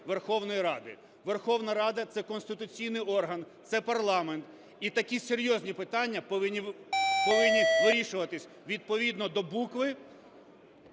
Верховної Ради. Верховна Рада – це конституційний орган, це парламент, і такі серйозні питання повинні вирішуватися відповідно до букви